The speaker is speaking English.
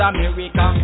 America